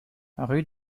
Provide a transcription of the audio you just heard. rue